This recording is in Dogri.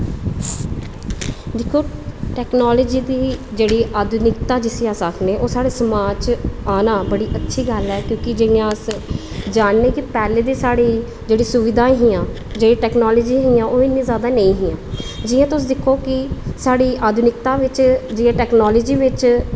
दिक्खो टेक्नोलॉज़ी दी जेह्ड़ी आधुनिकता जिसी अस आक्खनै ओह् साढ़े समाज़ च आना बड़ी अच्छी गल्ल ऐ की अस जानने की पैह्लें दे साढ़े जेह्ड़ी सुविधायें हियां जेह्ड़ी टेक्नोलॉज़ी दियां ओह् इन्नियां जादे नेईं हियां जियां तुस दिक्खो की साढ़ी आधुनिकता बिच जियां टेक्नोलॉज़ी बिच